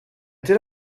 did